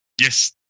yes